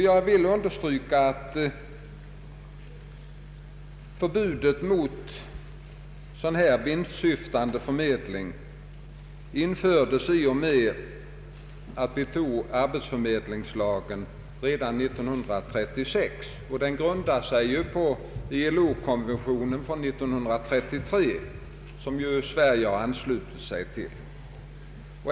Jag vill understryka att förbudet mot vinstsyftande arbetsförmedling infördes i och med att vi antog arbetsförmedlingslagen redan 1936. Den grundar sig på ILO-konventionen av 1933 som ju Sverige anslutit sig till.